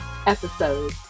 episode